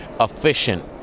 efficient